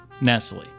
Nestle